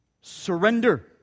surrender